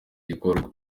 gikorwa